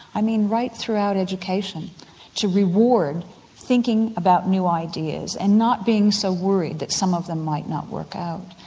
i mean right throughout education to reward thinking about new ideas and not being so worried that some of them might not work out.